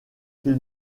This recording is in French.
qu’il